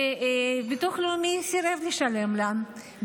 וביטוח לאומי סירב לשלם להם.